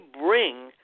bring